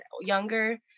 younger